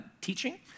teaching